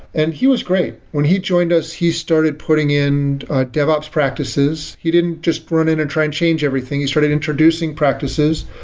and he was great. when he joined us, he started putting in devops practices. he didn't just run in and try and change everything. he started introducing practices.